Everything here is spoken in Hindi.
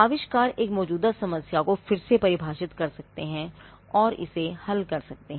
आविष्कार एक मौजूदा समस्या को फिर से परिभाषित कर सकते हैं और इसे हल कर सकते हैं